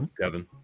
Kevin